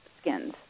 skins